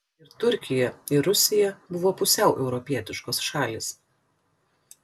ir turkija ir rusija buvo pusiau europietiškos šalys